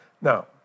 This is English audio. Now